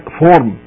form